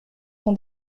son